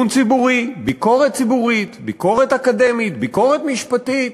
ביקורת ציבורית, ביקורת אקדמית, ביקורת משפטית.